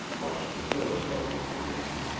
much disturbed by the information.